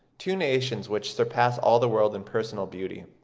two nations which surpass all the world in personal beauty.